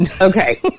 Okay